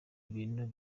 ibintu